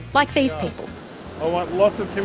like these people. i want lots of